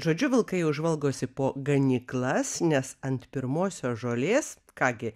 žodžiu vilkai jau žvalgosi po ganyklas nes ant pirmosios žolės ką gi